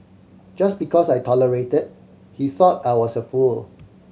just because I tolerated he thought I was a fool